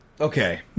Okay